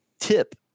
tip